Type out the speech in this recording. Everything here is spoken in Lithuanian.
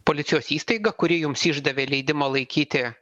policijos įstaigą kuri jums išdavė leidimą laikyti